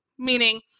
Meaning